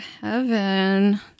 heaven